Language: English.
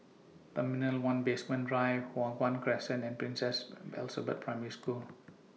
Terminal one Basement Drive Hua Guan Crescent and Princess Elizabeth Primary School